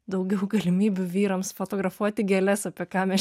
daugiau galimybių vyrams fotografuoti gėles apie ką mes